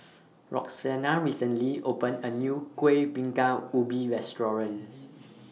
Roxanna recently opened A New Kuih Bingka Ubi Restaurant